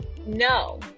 no